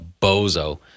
bozo